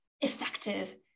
effective